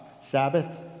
Sabbath